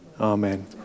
Amen